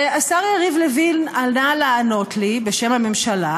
והשר יריב לוין עלה לענות לי בשם הממשלה,